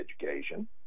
education